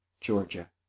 Georgia